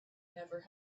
never